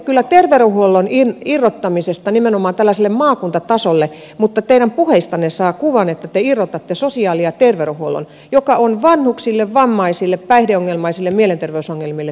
te puhutte terveydenhuollon irrottamisesta nimenomaan tällaiselle maakuntatasolle ja teidän puheistanne saa sen kuvan että te irrotatte toisistaan sosiaalihuollon ja terveydenhuollon joka on vanhuksille vammaisille päihdeongelmaisille mielenterveysongelmaisille tuiki tärkeä